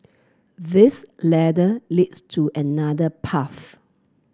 this ladder leads to another path